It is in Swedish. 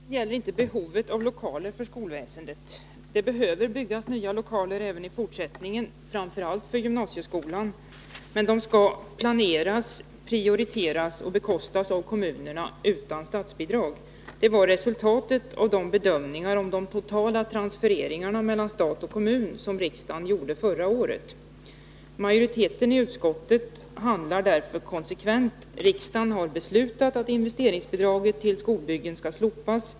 Herr talman! Debatten gäller inte behovet av lokaler för skolväsendet. Det behöver byggas nya lokaler även i fortsättningen, framför allt för gymnasieskolan. Men de skall planeras, prioriteras och bekostas av kommunerna, utan statsbidrag. Det var resultatet av de bedömningar om de totala transfereringarna mellan stat och kommun som riksdagen gjorde förra året. Majoriteten i utskottet handlar därför konsekvent. Riksdagen har beslutat att investeringsbidraget till skolbyggen skall slopas.